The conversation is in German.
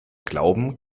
glauben